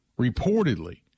reportedly